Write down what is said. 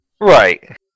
Right